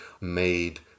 made